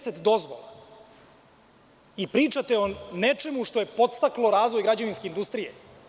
Trideset dozvola i pričate o nečemu što je podstaklo razvoj građevinske industrije.